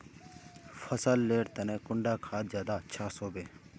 फसल लेर तने कुंडा खाद ज्यादा अच्छा सोबे?